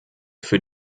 für